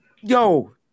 Yo